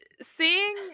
seeing